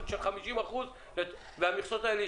יש פה תיקונים והמשרד בא